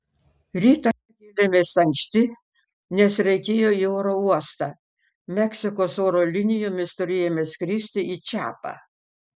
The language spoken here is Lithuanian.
rytą kėlėmės anksti nes reikėjo į oro uostą meksikos oro linijomis turėjome skristi į čiapą